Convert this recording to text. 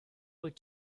wyt